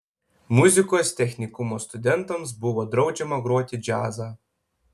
muzikos technikumo studentams buvo draudžiama groti džiazą